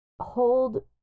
hold